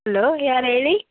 hello ಯಾರು ಹೇಳಿ